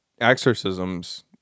exorcisms